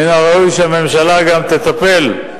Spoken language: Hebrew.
מן הראוי שהממשלה גם תטפל,